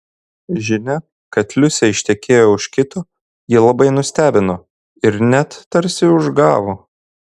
žinia kad liucė ištekėjo už kito jį labai nustebino ir net tarsi užgavo